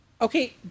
Okay